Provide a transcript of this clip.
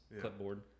clipboard